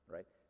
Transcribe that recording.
Right